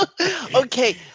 Okay